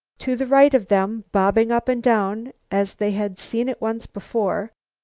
to the right of them, bobbing up and down as they had seen it once before,